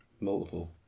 Multiple